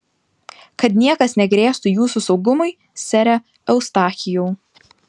kad niekas negrėstų jūsų saugumui sere eustachijau